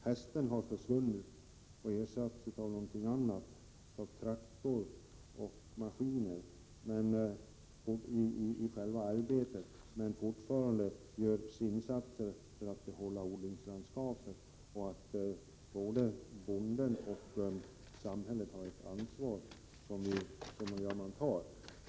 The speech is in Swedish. Hästen har försvunnit och i arbetet ersatts av traktorer och maskiner, men fortfarande görs insatser för att behålla odlingslandskapet, samt bedriva ett aktivt jordbruk med kreatursdrift. Både bonden och samhället har sedan gammalt ett ansvar.